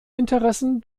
interessen